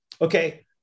okay